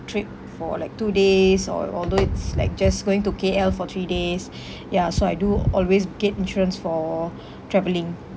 trip for like two days or although it's like just going to K_L for three days ya so I do always get insurance for travelling